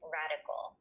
radical